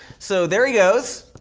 so there he goes.